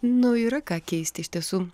nu yra ką keisti iš tiesų